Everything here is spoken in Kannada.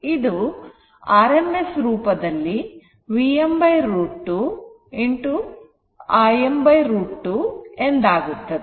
ಇದು RMS ರೂಪದಲ್ಲಿ Vm √ 2 Im √ 2 ಎಂದಾಗುತ್ತದೆ